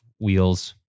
wheels